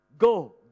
Go